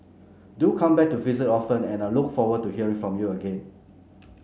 do come back to visit often and I look forward to hear from you again